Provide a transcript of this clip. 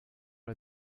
are